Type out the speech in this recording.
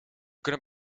kunnen